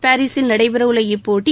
பாரிசில் நடைபெறவுள்ள இப்போட்டி